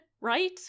right